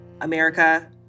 America